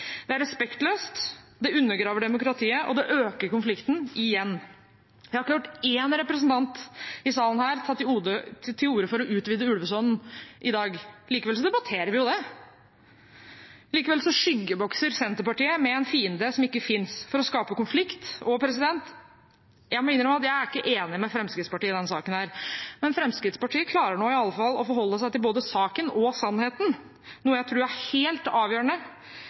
Det er respektløst, det undergraver demokratiet, og det øker konflikten igjen. Jeg har ikke hørt én representant i salen her i dag ta til orde for å utvide ulvesonen. Likevel debatterer vi det. Likevel skyggebokser Senterpartiet med en fiende som ikke finnes, for å skape konflikt. Jeg må innrømme at jeg er ikke enig med Fremskrittspartiet i denne saken, men Fremskrittspartiet klarer iallfall å forholde seg til både saken og sannheten, noe jeg tror er helt avgjørende